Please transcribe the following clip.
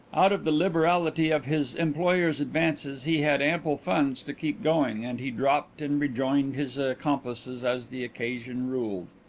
out of the liberality of his employer's advances he had ample funds to keep going, and he dropped and rejoined his accomplices as the occasion ruled.